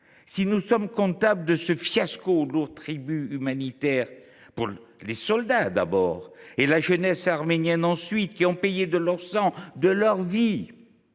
si nous sommes comptables de ce fiasco aux lourds tributs humanitaires, pour les soldats, d’abord, et pour la jeunesse arménienne, ensuite, qui ont payé de leur sang les